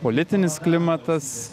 politinis klimatas